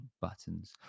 buttons